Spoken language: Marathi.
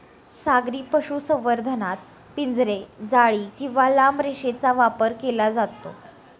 सागरी पशुसंवर्धनात पिंजरे, जाळी किंवा लांब रेषेचा वापर केला जातो